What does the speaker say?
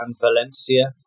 Valencia